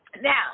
Now